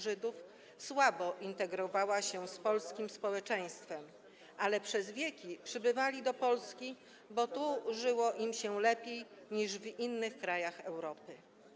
Żydów słabo integrowała się z polskim społeczeństwem, ale przez wieki przybywali do Polski, bo tu żyło im się lepiej niż w innych krajach Europy.